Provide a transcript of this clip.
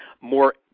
more